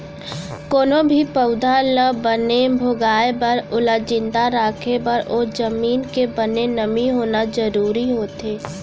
कोनो भी पउधा ल बने भोगाय बर ओला जिंदा राखे बर ओ जमीन के बने नमी होना जरूरी होथे